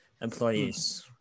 employees